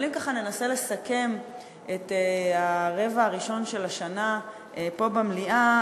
אבל אם ננסה לסכם את הרבע הראשון של השנה פה במליאה,